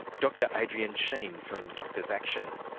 dr adrian sheen from doctors action.